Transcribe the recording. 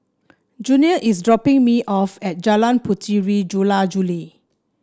Junior is dropping me off at Jalan Puteri Jula Juli